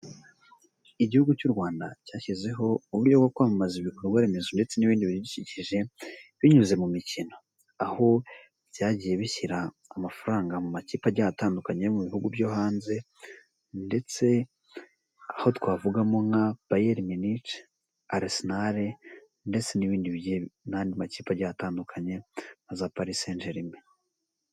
Igihugu cy'u Rwanda cyashyizeho uburyo bwo kwamamaza ibikorwa remezo ndetse n'ibindi bidukikije, binyuze mu mikino. Aho byagiye bishyira amafaranga mu makipe agiye atandukanye yo mu bihugu byo hanze, ndetse aho twavugamo nka Bayeri Minice, Arisenare ndetse n'ibindi n'andi makipe agiye atandukanye nka za Pari se njerime.